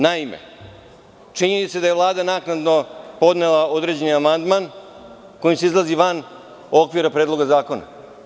Naime, činjenica da je Vlada naknadno podnela određeni amandman kojim se izlazi van okvira Predloga zakona.